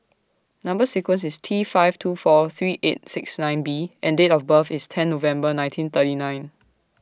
Number sequence IS T five two four three eight six nine B and Date of birth IS ten November nineteen thirty nine